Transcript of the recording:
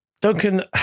Duncan